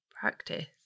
practice